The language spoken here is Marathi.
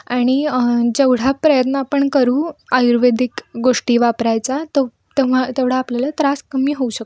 आणि जेवढा प्रयत्न आपण करू आयुर्वेदिक गोष्टी वापरायचा तो तेव्हा तेवढा आपल्याला त्रास कमी होऊ शकतो